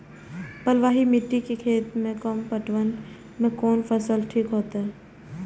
बलवाही मिट्टी के खेत में कम पटवन में कोन फसल ठीक होते?